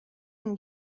yang